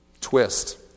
twist